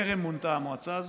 טרם מונתה המועצה הזאת,